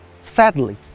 Sadly